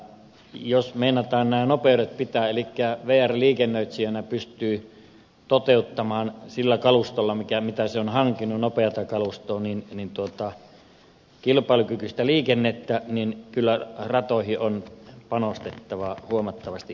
jos meinataan nämä nopeudet pitää elikkä vr liikennöitsijänä pystyy toteuttamaan sillä nopealla kalustolla mitä se on hankkinut kilpailukykyistä liikennettä niin kyllä ratoihin on panostettava huomattavasti enemmän